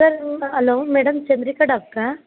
sir hello madam Chandrika ಡಾಕ್ಟ್ರಾ